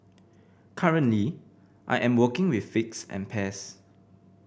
currently I am working with figs and pears